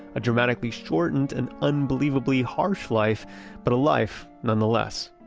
a dramatically shortened and unbelievably harsh life but a life nonetheless